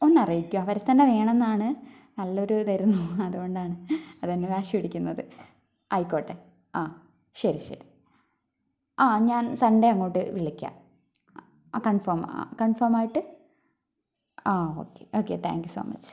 ഒന്നറിയിക്കോ അവരെത്തന്നെ വേണെന്നാണ് നല്ലൊരു ഇതായിരുന്നു അതുകൊണ്ടാണ് അതന്നെ വാശിപിടിക്കുന്നത് ആയിക്കോട്ടെ ആ ശരി ശരി ആ ഞാൻ സൺഡേ അങ്ങോട്ട് വിളിക്കാം ആ കൺഫോം കൺഫോർമായിട്ട് ആ ഓക്കേ താങ്ക്യൂ സോ മച്ച്